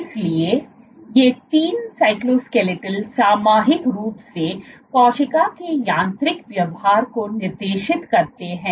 इसलिए ये तीन साइटोस्केलेटन सामूहिक रूप से कोशिका के यांत्रिक व्यवहार को निर्देशित करते हैं